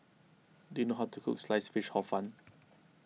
do you know how to cook Sliced Fish Hor Fun